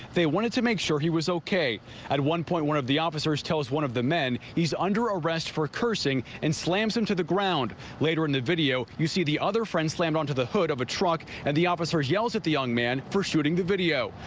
they wanted to make sure he was ok at one point one of the officers tell us one of the men he's under arrest for cursing and slams into the ground later in the video you see the other friend slammed onto the hood of a truck and the officers yelled at the young man for shooting the video.